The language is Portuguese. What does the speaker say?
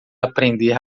aprender